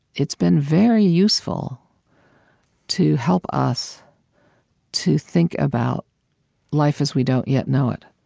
it's been very useful to help us to think about life as we don't yet know it.